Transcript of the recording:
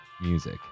music